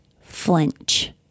flinch